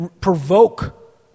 provoke